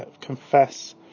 confess